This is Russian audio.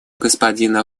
господина